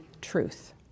truth